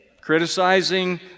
criticizing